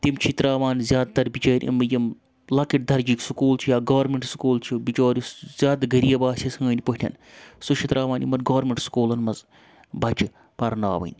تِم چھِ تراوان زیادٕ تَر بِچٲرۍ یِمہٕ یِم لَکٕٹۍ دَرجٕکۍ سکوٗل چھِ یا گورمنٹ سکوٗل چھُ بِچور یُس زیادٕ غریٖب آسہِ سٕنٛدۍ پٲٹھۍ سُہ چھِ تراوان یِمَن گورمنٹ سکوٗلَن منٛز بَچہِ پَرناوٕنۍ